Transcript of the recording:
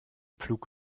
pflug